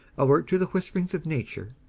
alert to the whisperings of nature,